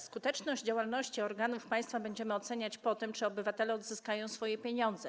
Skuteczność działalności organów państwa będziemy oceniać po tym, czy obywatele odzyskają swoje pieniądze.